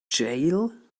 jail